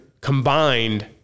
combined